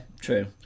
True